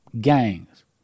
Gangs